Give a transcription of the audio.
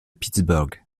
pittsburgh